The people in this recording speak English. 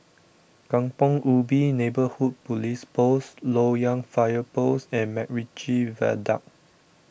Kampong Ubi Neighbourhood Police Post Loyang Fire Post and MacRitchie Viaduct